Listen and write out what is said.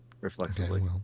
Reflexively